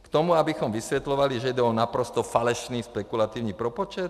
K tomu, abychom vysvětlovali, že jde o naprosto falešný spekulativní propočet?